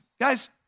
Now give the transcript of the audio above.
Guys